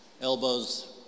elbows